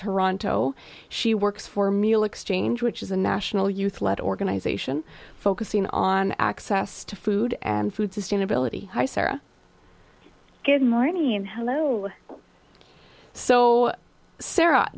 toronto she works for meal exchange which is a national youth led organization focusing on access to food and food sustainability hi sarah good morning hello so sarah